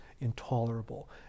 Intolerable